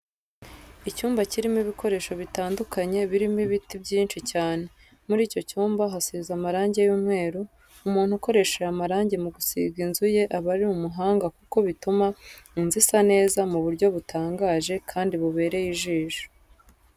Icyumba kirimo ibikoresho bitandukanye, birimo ibiti byinshi cyane. Muri icyo cyumba hasize amarange y'umweru, umuntu ukoresha aya marange mu gusiga inzu ye aba ari umuhanga kuko bituma inzu isa neza mu buryo butangaje kandi bubereye ijisho.